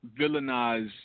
villainize